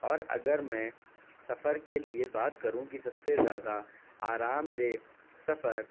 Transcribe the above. اور اگر میں سفر کے لئے بات کروں کہ سب سے زیادہ آرام دہ سفر